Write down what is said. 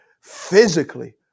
physically